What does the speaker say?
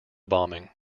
bombing